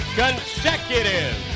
consecutive